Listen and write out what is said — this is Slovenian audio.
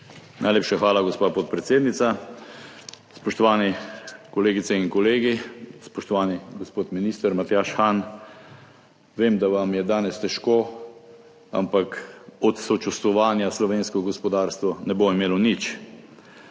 Najlepša hvala, gospa podpredsednica. Spoštovani kolegice in kolegi, spoštovani gospod minister Matjaž Han! Vem, da vam je danes težko, ampak od sočustvovanja slovensko gospodarstvo ne bo imelo nič.